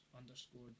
underscore